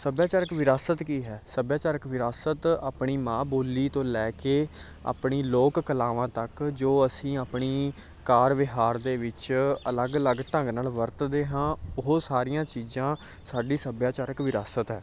ਸੱਭਿਆਚਾਰਕ ਵਿਰਾਸਤ ਕੀ ਹੈ ਸੱਭਿਆਚਾਰਕ ਵਿਰਾਸਤ ਆਪਣੀ ਮਾਂ ਬੋਲੀ ਤੋਂ ਲੈ ਕੇ ਆਪਣੀ ਲੋਕ ਕਲਾਵਾਂ ਤੱਕ ਜੋ ਅਸੀਂ ਆਪਣੀ ਕਾਰ ਵਿਹਾਰ ਦੇ ਵਿੱਚ ਅਲੱਗ ਅਲੱਗ ਢੰਗ ਨਾਲ ਵਰਤਦੇ ਹਾਂ ਉਹ ਸਾਰੀਆਂ ਚੀਜ਼ਾਂ ਸਾਡੀ ਸੱਭਿਆਚਾਰਕ ਵਿਰਾਸਤ ਹੈ